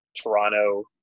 Toronto